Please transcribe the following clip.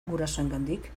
gurasoengandik